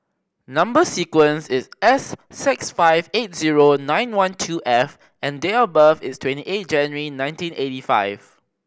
number sequence is S six five eight zero nine one two F and date of birth is twenty eight January nineteen eighty five